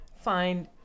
find